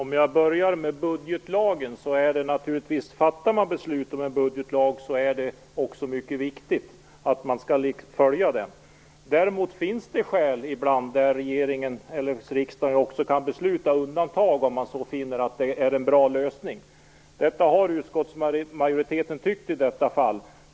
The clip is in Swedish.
Herr talman! Låt mig börja med budgetlagen. Fattar man beslut om en budgetlag är det också mycket viktigt att man följer den. Däremot finns det ibland skäl till att regeringen eller riksdagen kan besluta om undantag om man finner att det är en bra lösning. Detta har utskottsmajoriteten tyckt i detta fall.